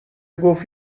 گفت